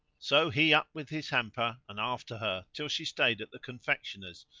so he up with his hamper and after her till she stayed at the confectioner's,